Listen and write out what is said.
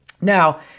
Now